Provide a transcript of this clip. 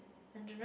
i dunno eh